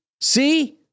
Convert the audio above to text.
see